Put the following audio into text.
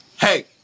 hey